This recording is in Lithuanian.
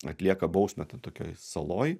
atlieka bausmę ten tokioj saloj